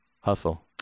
Hustle